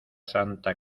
santa